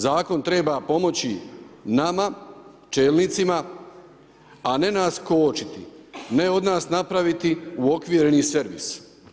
Zakon treba pomoći nama čelnicima a ne nas kočiti, ne od nas napraviti uokvireni servis.